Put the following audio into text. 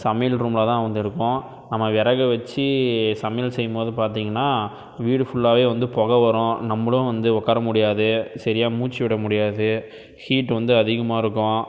சமையல் ரூமில்தான் வந்து இருக்கும் நம்ம விறகு வெச்சு சமையல் செய்யும்போது பார்த்தீங்கன்னா வீடு ஃபுல்லாகவே வந்து புகை வரும் நம்பளும் வந்து உட்கார முடியாது சரியாக மூச்சு விட முடியாது ஹீட் வந்து அதிகமாருக்கும்